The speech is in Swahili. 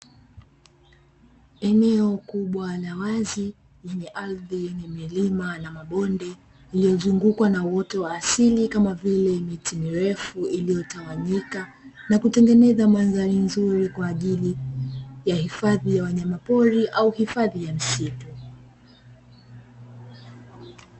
Eneo kubwa la ardhi lenye milima na mabonde, lililozungukwa na uoto wa asili kama vile miti mirefu, iliyotawanyika na kutengeneza mandhari nzuri, kwa ajili ya hifadhi ya wanyama pori au hifadhi ya misitu.